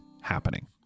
happening